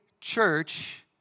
church